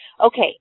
Okay